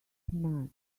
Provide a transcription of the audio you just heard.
mad